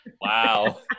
Wow